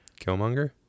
Killmonger